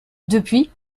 depuis